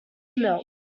milk